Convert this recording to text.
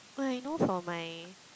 oh I know for my